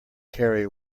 carry